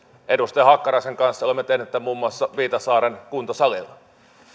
edustaja hakkaraisen kanssa olemme tehneet tämän muun muassa viitasaaren kuntosalilla